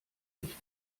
nicht